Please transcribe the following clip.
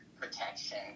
protection